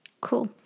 Cool